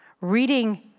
reading